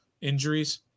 injuries